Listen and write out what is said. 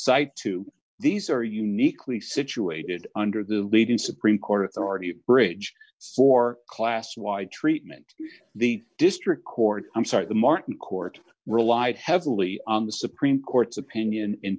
cite to these are uniquely situated under the leading supreme court authority bridge for class wide treatment the district court i'm sorry the martin court relied heavily on the supreme court's opinion in